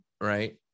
right